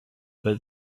but